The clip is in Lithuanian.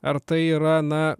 ar tai yra na